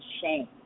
shame